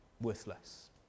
worthless